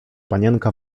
panienka